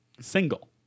Single